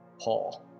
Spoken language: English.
Paul